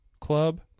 club